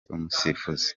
umusifuzi